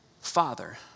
father